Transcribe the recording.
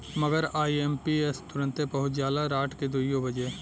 मगर आई.एम.पी.एस तुरन्ते पहुच जाला राट के दुइयो बजे